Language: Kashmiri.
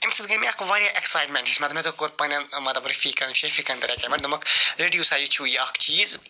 امہِ سۭتۍ گے مےٚ اکھ واریاہ ایٚکسایٹمنٹ ہِش مَطلَب مےٚ دوٚپ کوٚر پنٛنٮ۪ن مطلب رفیٖقن شفیٖقن تہِ رکَمنڈ دوٚپمَکھ رٔٹِو سا یہِ چھو یہِ اکھ چیٖز